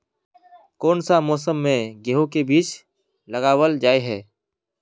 कोन सा मौसम में गेंहू के बीज लगावल जाय है